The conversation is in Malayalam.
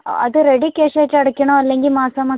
അത് റെഡി ക്യാഷ് ആയിട്ട് അടയ്ക്കണോ അല്ലെങ്കിൽ മാസാമാസം